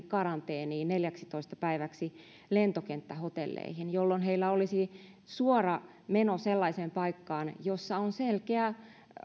karanteeniin neljäksitoista päiväksi lentokenttähotelleihin jolloin heillä olisi suora meno sellaiseen paikkaan jossa on selkeä